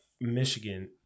Michigan